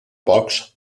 pocs